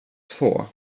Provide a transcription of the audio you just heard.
två